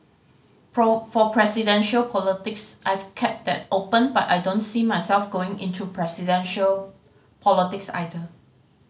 for presidential politics I've kept that open but I don't see myself going into presidential politics either